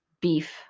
beef